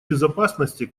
безопасности